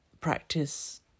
practice